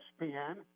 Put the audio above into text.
ESPN